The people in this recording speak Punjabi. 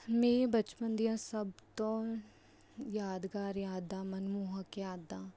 ਮੇਰੇ ਬਚਪਨ ਦੀਆਂ ਸਭ ਤੋਂ ਯਾਦਗਾਰ ਯਾਦਾਂ ਮਨਮੋਹਕ ਯਾਦਾਂ